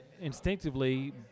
instinctively